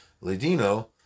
Ladino